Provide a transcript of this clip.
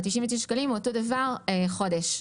ה-99 שקלים הוא אותו דבר במשך חודש.